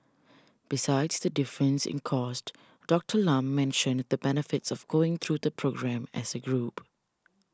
besides the difference in cost Doctor Lam mentioned the benefits of going through the programme as a group